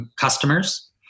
customers